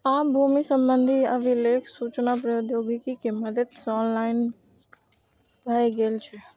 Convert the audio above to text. आब भूमि संबंधी अभिलेख सूचना प्रौद्योगिकी के मदति सं ऑनलाइन भए गेल छै